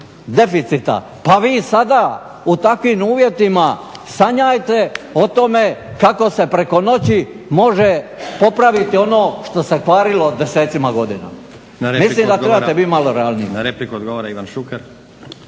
pa vi sada u takvim uvjetima sanjajte o tome kako se preko noći može popraviti ono što se kvarilo desecima godina. Mislim da trebate biti malo realniji.